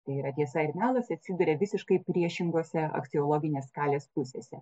tai yra tiesa ir melas atsiduria visiškai priešingose aksiologinės skalės pusėse